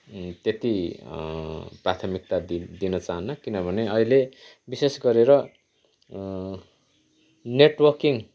त्यति प्राथमिकता दि दिन चाहन्न किनभने अहिले विशेष गरेर नेटवर्किङ